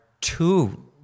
two